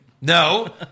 no